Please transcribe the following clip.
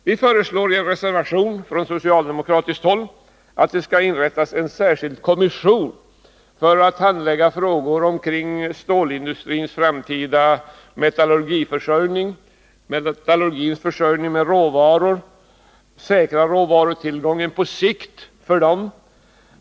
Vi föreslår i reservation 1 från socialdemokratiskt håll att det skall inrättas en särskild kommission för att handlägga frågor om stålindustrins framtida metallurgiutveckling och metallurgins försörjning med råvaror på sikt.